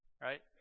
Right